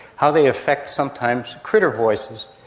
how they affect sometimes critter voices.